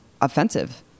offensive